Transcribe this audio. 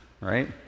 right